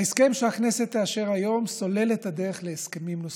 ההסכם שהכנסת תאשר היום סולל את הדרך להסכמים נוספים.